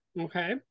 Okay